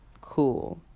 Cool